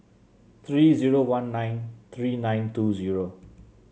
three zero one nine three nine two zero